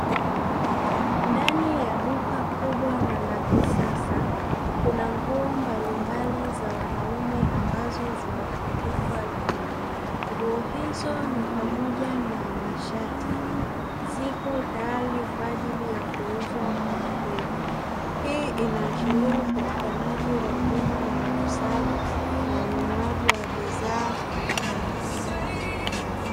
Ndani ya duka kubwa na la kisasa kuna nguo mbalimbali za wanaume ambazo zimetundikwa juu, nguo hizo ni pamoja na mashati zipo tayari kwa ajili ya kuuzwa kwa wateja. Hii inaashiria upatikanaji wa huduma ya uuzaji na ununuaji wa bidhaa dukani.